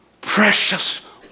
precious